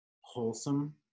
wholesome